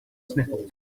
sniffles